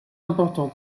important